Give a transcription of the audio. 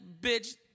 bitch